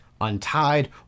untied